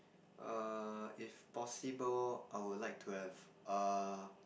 err if possible I'll like to have err